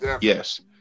yes